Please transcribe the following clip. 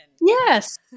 yes